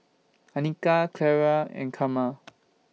Annika Ciara and Carma